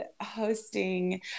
hosting